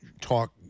talk